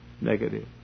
negative